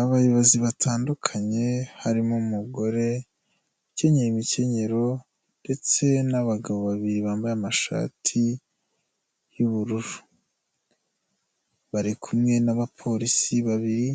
Abayobozi batandukanye harimo umugore ukenyeye imikenyero ndetse n'abagabo babiri bambaye amashati y'ubururu, bari kumwe n'abapolisi babiri,